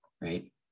right